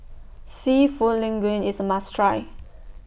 Seafood Linguine IS A must Try